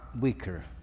weaker